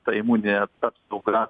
tai imuninė apsauga